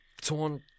torn